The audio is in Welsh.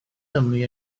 gymru